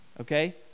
okay